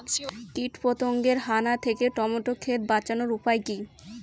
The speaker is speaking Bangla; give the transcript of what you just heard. কীটপতঙ্গের হানা থেকে টমেটো ক্ষেত বাঁচানোর উপায় কি?